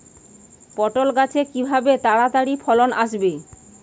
পটল গাছে কিভাবে তাড়াতাড়ি ফলন আসবে?